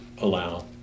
allow